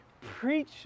preach